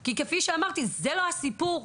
כי כפי שאמרתי זהו לא הסיפור.